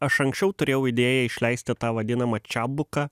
aš anksčiau turėjau idėją išleisti tą vadinamą čebuką